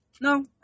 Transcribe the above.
no